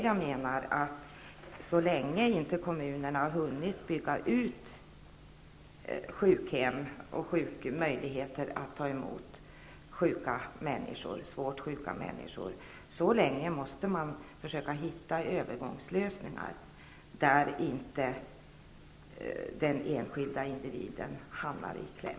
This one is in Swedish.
Jag menar att så länge kommunerna inte hunnit bygga ut sjukhem och möjligheter att ta emot svårt sjuka människor, måste man försöka hitta övergångslösningar, där den enskilde individen inte får hamna i kläm.